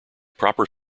proper